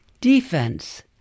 Defense